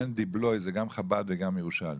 מנדי בלויא, זה גם חב"ד וגם ירושלמים.